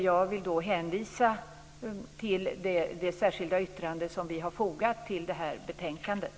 Jag vill då hänvisa till det särskilda yttrande som vi har fogat till det här betänkandet.